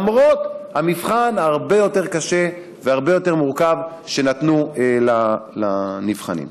למרות המבחן ההרבה-יותר קשה וההרבה-יותר מורכב שנתנו לנבחנים.